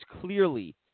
clearly